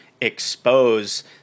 expose